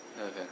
Okay